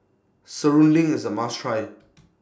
Serunding IS A must Try